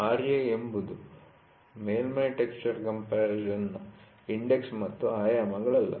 Ra ಎಂಬುದು ಮೇಲ್ಮೈ texture ಕಂಪರಿಸನ್'ನ ಇಂಡೆಕ್ಸ್ ಮತ್ತು ಆಯಾಮಗಳಲ್ಲ